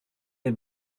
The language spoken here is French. les